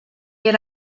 yet